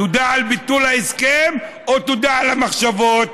תודה על ביטול ההסכם או תודה על המחשבות?